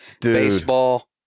baseball